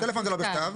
טלפון זה לא בכתב.